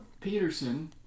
Peterson